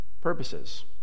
purposes